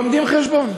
לומדים חשבון.